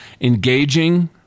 engaging